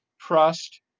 trust